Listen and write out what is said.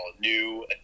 new